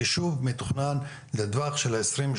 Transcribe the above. ישוב מתוכנן לטווח של עשרים,